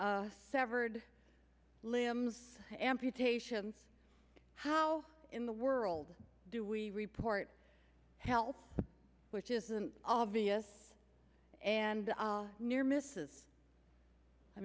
severed limbs amputations how in the world do we report help which isn't obvious and near misses i